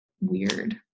weird